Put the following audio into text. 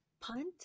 punt